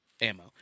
ammo